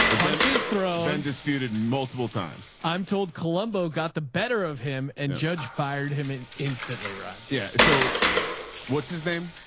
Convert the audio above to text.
punches thrown and disputed multiple times. i'm told colombo, got the better of him and judge fired him and instantly. right? yeah so what's his name?